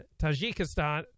Tajikistan